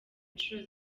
inshuro